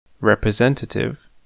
representative